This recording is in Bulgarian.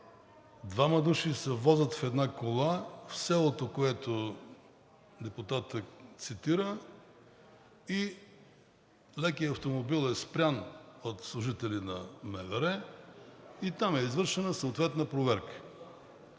Двама души се возят в една кола в селото, което депутатът цитира, лекият автомобил е спрян от служители на МВР и там е извършена съответна проверка.